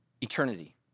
eternity